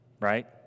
right